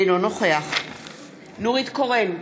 אינו נוכח נורית קורן,